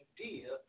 idea